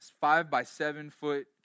five-by-seven-foot